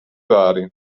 vari